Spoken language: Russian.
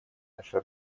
наше